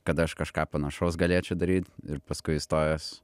kad aš kažką panašaus galėčiau daryt ir paskui įstojęs